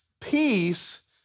peace